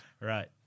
right